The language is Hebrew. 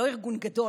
לא ארגון גדול,